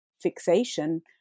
fixation